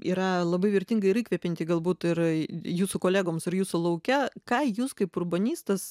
yra labai vertinga ir įkvepianti galbūt ir jūsų kolegoms ir jūsų lauke ką jūs kaip urbanistas